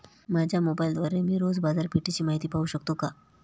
माझ्या मोबाइलद्वारे मी रोज बाजारपेठेची माहिती पाहू शकतो का?